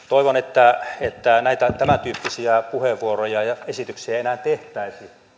toivon että että näitä tämäntyyppisiä puheenvuoroja ja esityksiä ei enää tehtäisi